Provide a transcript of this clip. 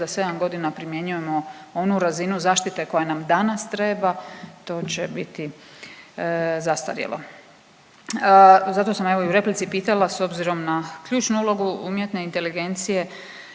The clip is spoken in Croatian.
za 7 godina primjenjujemo onu razinu zaštite koja nam danas treba, to će biti zastarjelo. Zato sam evo, i u replici pitala, s obzirom na ključnu ulogu UI, je li ovaj,